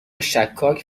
شکاک